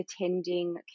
attending